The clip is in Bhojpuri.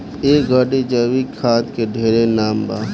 ए घड़ी जैविक खाद के ढेरे नाम बा